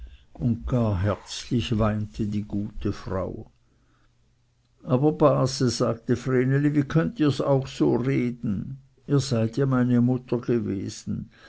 und gar herzlich weinte die gute frau aber base sagte vreneli wie könnt ihr auch so reden ihr seid ja meine mutter gewesen